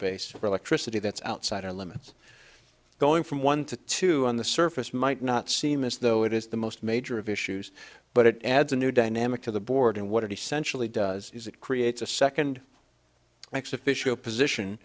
base for electricity that's outside our limits going from one to two on the surface might not seem as though it is the most major of issues but it adds a new dynamic to the board and what it essentially does is it creates a second x official position